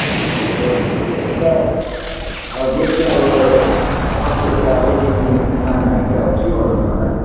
ए त्यस्तो पो ए अन्त अब बेसी अब सब्जीहरू चाहिँ अब बेसी उम्रिनु उमार्नु लागि चाहिँ अब के गर्नुपर्छ होला